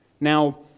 Now